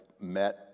met